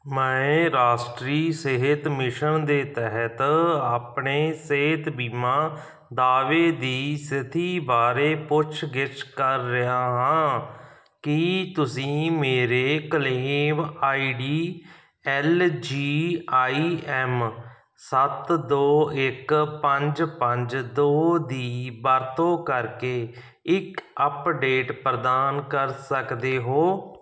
ਮੈਂ ਰਾਸ਼ਟਰੀ ਸਿਹਤ ਮਿਸ਼ਨ ਦੇ ਤਹਿਤ ਆਪਣੇ ਸਿਹਤ ਬੀਮਾ ਦਾਅਵੇ ਦੀ ਸਥਿਤੀ ਬਾਰੇ ਪੁੱਛਗਿੱਛ ਕਰ ਰਿਹਾ ਹਾਂ ਕੀ ਤੁਸੀਂ ਮੇਰੇ claim ID L G I M ਸੱਤ ਦੋ ਇੱਕ ਪੰਜ ਪੰਜ ਦੋ ਦੀ ਵਰਤੋਂ ਕਰਕੇ ਇੱਕ ਅੱਪਡੇਟ ਪ੍ਰਦਾਨ ਕਰ ਸਕਦੇ ਹੋ